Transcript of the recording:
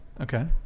Okay